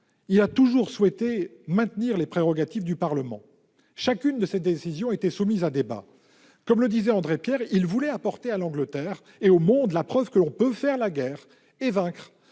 parlementaire, maintenir les prérogatives du Parlement. Chacune de ses décisions était soumise à débat. Comme le disait André Pierre, il voulait apporter à l'Angleterre et au monde la preuve que l'on pouvait faire la guerre et vaincre